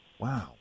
Wow